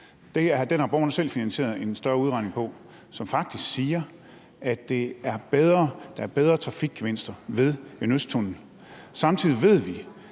Den har borgerne selv finansieret en større udregning på, som faktisk siger, at der er bedre trafikgevinster ved en østtunnel. Samtidig ved vi,